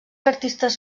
artistes